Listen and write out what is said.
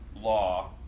law